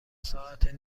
ساعت